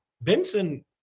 Benson